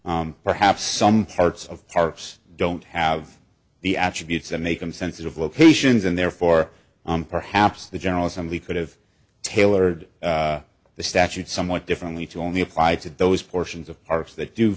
that perhaps some parts of parks don't have the attributes that make them sensitive locations and therefore on perhaps the general assembly could have tailored the statute somewhat differently to only apply to those portions of parse that do